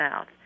South